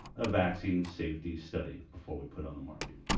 a vaccine safety study before we put on the market